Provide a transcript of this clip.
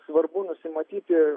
svarbu nusimatyti